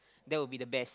that would be the best